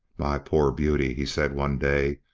my poor beauty, he said one day,